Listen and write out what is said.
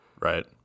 Right